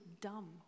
dumb